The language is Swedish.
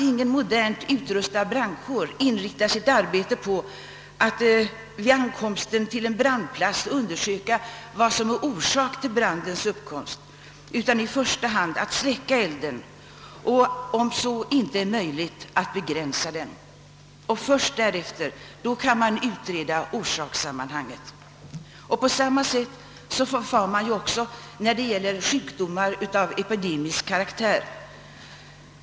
Ingen modernt utrustad brandkår inriktar ändå sitt arbete på att vid ankomsten till en brandplats undersöka vad som är orsaken till brandens uppkomst utan försöker i första hand släcka elden och, om så inte är möjligt, att begränsa den. Först därefter kan man utreda orsakssammanhanget. På samma sätt förfar man också när det gäller sjukdomar av epidemisk karaktär.